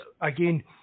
again